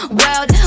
world